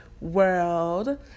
world